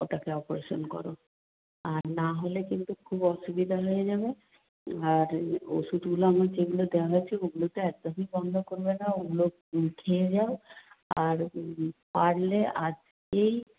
ওটাকে অপারেশান করো আর নাহলে কিন্তু খুব অসুবিধা হয়ে যাবে আর ওষুধগুলো আমার যেগুলো দেওয়া আছে ওগুলো তো একদমই বন্ধ করবে না ওগুলো খেয়ে যাও আর পারলে আজকেই